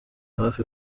hafi